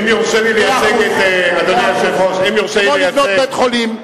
זה כמו לבנות בית-חולים.